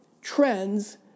trends